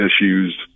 issues